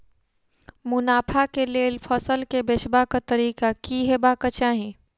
मुनाफा केँ लेल फसल केँ बेचबाक तरीका की हेबाक चाहि?